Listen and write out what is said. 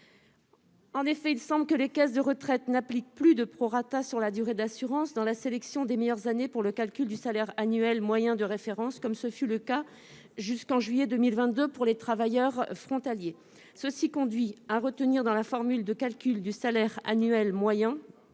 En effet, il semble que les caisses de retraite n'appliquent plus de proratisation sur la durée d'assurance dans la sélection des meilleures années pour le calcul du salaire annuel moyen de référence, comme ce fut le cas jusqu'en juillet 2022 pour les travailleurs frontaliers. Cela conduit à retenir dans la formule de calcul du salaire annuel moyen